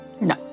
No